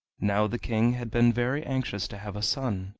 now the king had been very anxious to have a son,